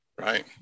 Right